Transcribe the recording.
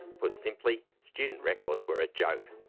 put simply, student records were a joke.